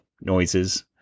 noises